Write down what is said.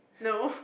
no